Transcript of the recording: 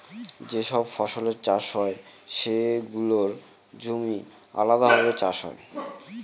যে সব ফসলের চাষ হয় সেগুলোর জমি আলাদাভাবে চাষ হয়